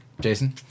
Jason